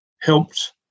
helped